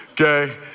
Okay